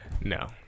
No